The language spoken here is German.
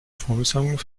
formelsammlung